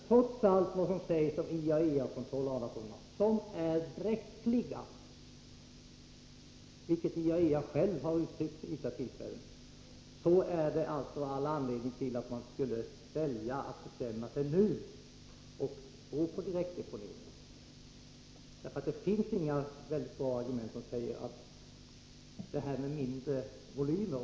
Trots allt vad som sägs om IAEA-kontroll m.m. — vilket är bräckligt, detta har IAEA själv uttryckt vid vissa tillfällen — finns det alltså all anledning att man nu bestämmer sig för att välja direktdeponering. Det finns inga mycket bra argument som talar för mindre volymer.